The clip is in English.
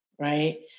right